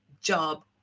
job